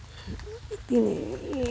यति नै